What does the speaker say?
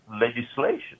legislation